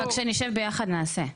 רק כשנשב ביחד, נעשה.